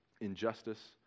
injustice